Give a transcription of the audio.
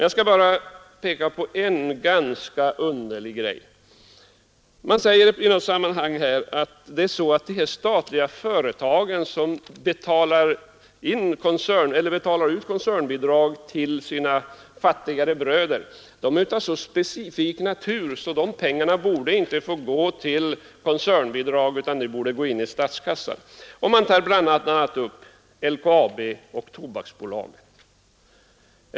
Jag skall bara peka på en rätt underlig sak. Man säger här i något sammanhang att de statliga företag som betalar ut koncernbidrag till sina fattigare bröder är av så specifik natur att de pengarna inte borde få gå till koncernbidrag, utan de borde gå in i statskassan, och man tar bl.a. upp LKAB och Tobaksbolaget.